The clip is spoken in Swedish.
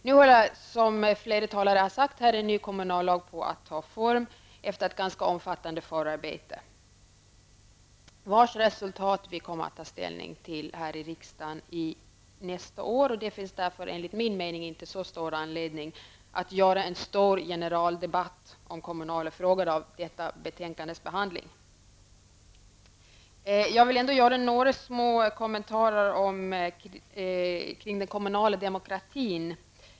Nu håller, som flera talare har sagt här, en ny kommunallag på att ta form efter ett ganska omfattande förarbete vars resultat vi kommer att ta ställning till här i riksdagen nästa år. Därför finns det, enligt min mening, inte så stor anledning att göra en stor generaldebatt om kommunala frågor vid behandlingen av detta betänkande. Jag vill ändå göra några små kommentarer kring den kommunala demokratin.